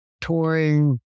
touring